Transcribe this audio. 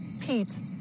Pete